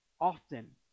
often